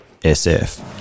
SF